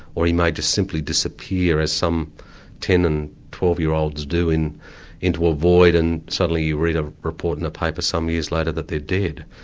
or he may just simply disappear as some ten and twelve-year olds do, into a void and suddenly you read a report in the paper some years later that they're dead.